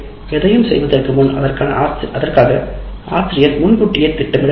எனவே எதையும் செய்வதற்கு முன் அதற்காக ஆசிரியர் முன்கூட்டியே திட்டமிட வேண்டும்